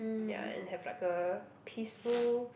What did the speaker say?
ya and have like a peaceful